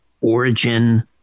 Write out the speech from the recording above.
origin